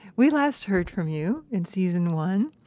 we last heard from you in season one,